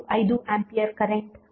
5 ampere current ಮೂಲವಾಗಿರುತ್ತದೆ